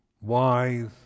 wise